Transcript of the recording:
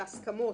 וגם הסכמות,